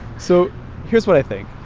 so here's what i think.